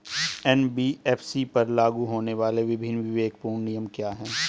NBFC पर लागू होने वाले विभिन्न विवेकपूर्ण नियम क्या हैं?